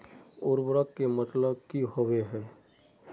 उर्वरक के मतलब की होबे है?